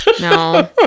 no